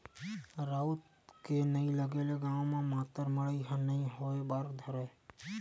राउत के नइ लगे ले गाँव म मातर मड़ई ह नइ होय बर धरय